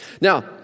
Now